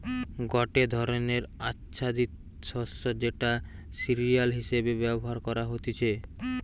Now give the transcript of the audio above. গটে ধরণের আচ্ছাদিত শস্য যেটা সিরিয়াল হিসেবে ব্যবহার করা হতিছে